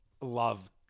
love